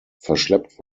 verschleppt